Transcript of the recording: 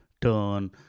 turn